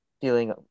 feeling